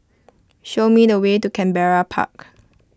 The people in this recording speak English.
show me the way to Canberra Park